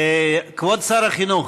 כבוד שר החינוך,